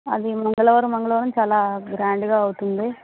అది మంగళవారం మంగళవారం చాలా గ్రాండ్ గా అవుతుంది